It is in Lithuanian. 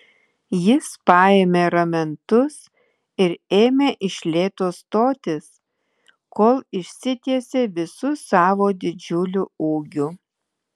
jis paėmė ramentus ir ėmė iš lėto stotis kol išsitiesė visu savo didžiuliu ūgiu